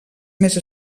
més